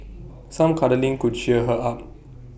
some cuddling could cheer her up